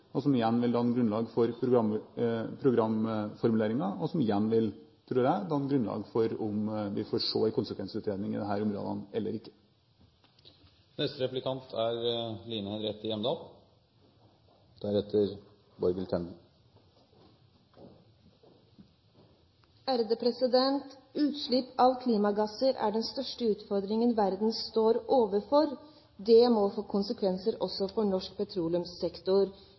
som igjen vil danne grunnlaget for programformuleringen, og som igjen – tror jeg – vil danne grunnlaget for om vi vil få se en konsekvensutredning i disse områdene eller ikke. Utslipp av klimagasser er den største utfordringen verden står overfor. Det må få konsekvenser også for norsk petroleumssektor,